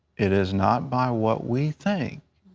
it is not by what we think.